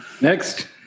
Next